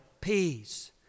peace